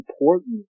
important